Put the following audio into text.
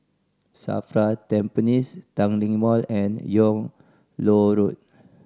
SAFRA Tampines Tanglin Mall and Yung Loh Road